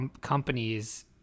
companies